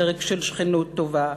פרק של שכנות טובה,